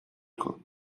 نکن